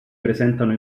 presentano